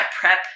prep